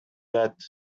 that